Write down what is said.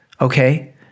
Okay